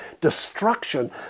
destruction